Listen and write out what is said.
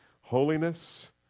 Holiness